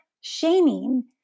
shaming